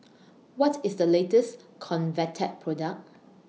What IS The latest Convatec Product